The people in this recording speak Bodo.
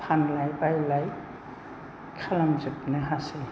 फानलाय बायलाय खालामजोबनो हासै